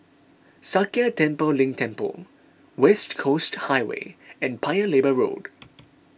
Sakya Tenphel Ling Temple West Coast Highway and Paya Lebar Road